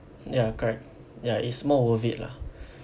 ya correct ya it's more worth it lah